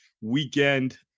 weekend